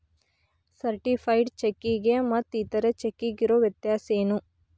Certified ಚೆಕ್ಕಿಗೆ ಮತ್ತ್ ಇತರೆ ಚೆಕ್ಕಿಗಿರೊ ವ್ಯತ್ಯಸೇನು?